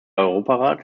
europarat